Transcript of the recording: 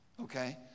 Okay